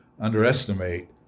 underestimate